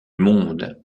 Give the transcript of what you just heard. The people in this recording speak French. monde